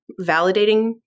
validating